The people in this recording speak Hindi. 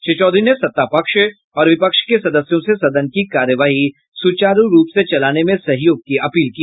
श्री चौधरी ने सत्तापक्ष और विपक्ष के सदस्यों से सदन की कार्यवाही सुचारू रूप से चलाने में सहयोग की अपील की